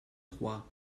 trois